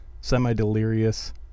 semi-delirious